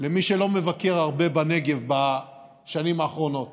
"חקיקת הייצוג ההולם שעברה הכנסת בשנים האחרונות